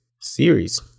series